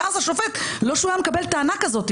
ואז השופט לא שהוא היה מקבל טענה כזאת,